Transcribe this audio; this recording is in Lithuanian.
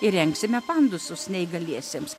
įrengsime pandusus neįgaliesiems